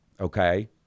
Okay